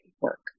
work